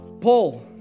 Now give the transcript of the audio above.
Paul